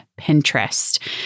Pinterest